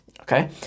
okay